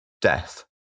death